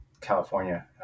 California